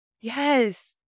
Yes